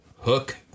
hook